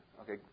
Okay